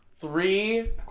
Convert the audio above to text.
Three